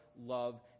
love